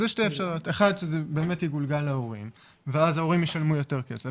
אז יש שתי אפשרויות: א' שזה יגולגל להורים ואז ההורים ישלמו יותר כסף.